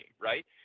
right